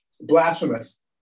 Blasphemous